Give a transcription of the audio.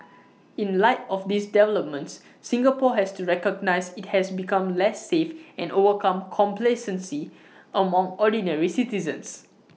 in light of these developments Singapore has to recognise IT has become less safe and overcome complacency among ordinary citizens